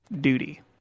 duty